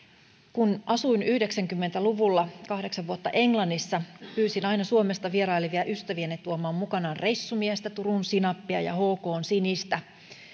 kun asuin yhdeksänkymmentä luvulla kahdeksan vuotta englannissa pyysin aina suomesta vierailevia ystäviäni tuomaan mukanaan reissumiestä turun sinappia ja hkn sinistä